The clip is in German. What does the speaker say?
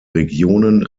regionen